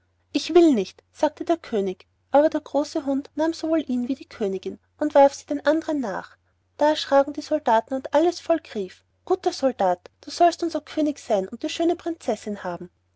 ich will nicht sagte der könig aber der größte hund nahm sowohl ihn wie die königin und warf sie den andern nach da erschraken die soldaten und alles volk rief guter soldat du sollst unser könig sein und die schöne prinzessin haben